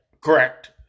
Correct